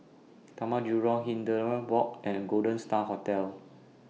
Taman Jurong Hindhede Walk and Golden STAR Hotel